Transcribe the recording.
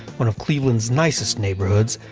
one of cleveland's nicest neighborhoods,